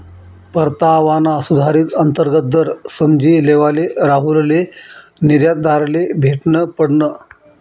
परतावाना सुधारित अंतर्गत दर समझी लेवाले राहुलले निर्यातदारले भेटनं पडनं